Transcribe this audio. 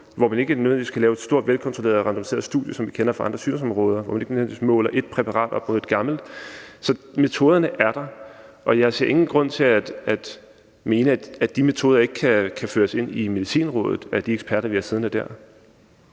hvor man ikke nødvendigvis kan lave et stort velkontrolleret randomiseret studie, som vi kender det fra andre sygdomsområder, og hvor man ikke nødvendigvis måler et præparat op mod et gammelt. Så metoderne er der, og jeg ser ingen grund til at mene, at de metoder ikke kan føres ind i Medicinrådet af de eksperter, vi har siddende der.